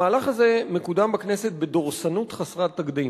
המהלך הזה מקודם בכנסת בדורסנות חסרת תקדים,